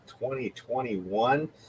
2021